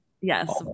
Yes